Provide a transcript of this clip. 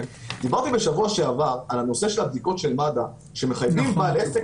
על הנושא של הבדיקות של מד"א שמחייבים בעל עסק